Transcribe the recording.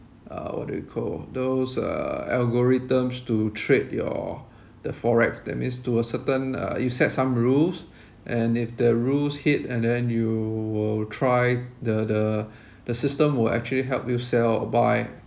uh what do you call those uh algorithms to trade your the forex that means to a certain uh you set some rules and if the rules hit and then you will try the the the system will actually help you sell or buy